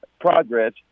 progress